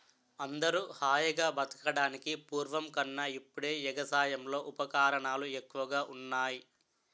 అందరూ హాయిగా బతకడానికి పూర్వం కన్నా ఇప్పుడే ఎగసాయంలో ఉపకరణాలు ఎక్కువగా ఉన్నాయ్